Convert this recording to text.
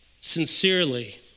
sincerely